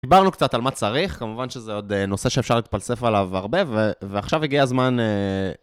דיברנו קצת על מה צריך, כמובן שזה עוד נושא שאפשר להתפלסף עליו הרבה, ועכשיו הגיע הזמן...